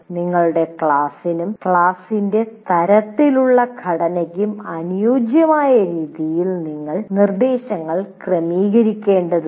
നിങ്ങളുടെ ക്ലാസ്സിനും ക്ലാസ്സിന്റെ തരത്തിലുള്ള ഘടനയ്ക്കും അനുയോജ്യമായ രീതിയിൽ നിങ്ങളുടെ നിർദ്ദേശങ്ങൾ ക്രമീകരിക്കേണ്ടതുണ്ട്